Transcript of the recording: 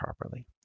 properly